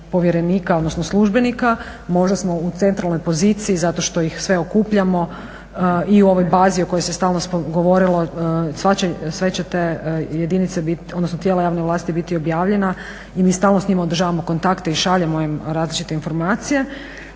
povjerenika odnosno službenika, možda smo u centralnoj poziciji zato što ih sve okupljamo i u ovoj bazi o kojoj se stalno govorilo, sve će te jedinice odnosno tijela javne vlasti biti objavljena i mi stalno s njima održavamo kontakte i šaljemo im različite informacije.